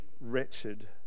wretched